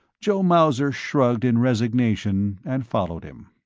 joe mauser shrugged in resignation and followed him.